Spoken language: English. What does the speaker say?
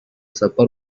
supper